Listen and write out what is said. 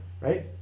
right